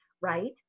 right